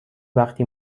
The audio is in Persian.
وقتی